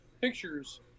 Pictures